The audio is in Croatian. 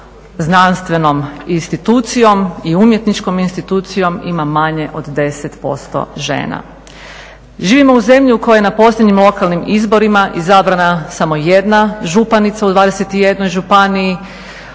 znanstvenom institucijom i umjetničkom institucijom ima manje od 10% žena. Živimo u zemlji u kojoj je na posljednjim lokalnim izborima izabrana samo 1 županica u 21 županiji,